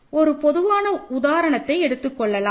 ஒரு பொதுவான உதாரணத்தை எடுத்துக் கொள்ளலாம்